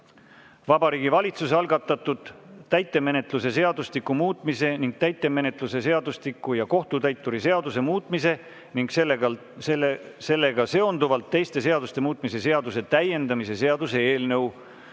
Vabariigi Valitsuse algatatud täitemenetluse seadustiku muutmise ning täitemenetluse seadustiku ja kohtutäituri seaduse muutmise ning sellega seonduvalt teiste seaduste muutmise seaduse täiendamise seaduse eelnõu.